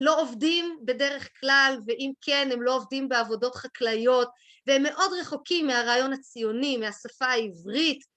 לא עובדים בדרך כלל ואם כן הם לא עובדים בעבודות חקלאיות והם מאוד רחוקים מהרעיון הציוני מהשפה העברית